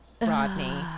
Rodney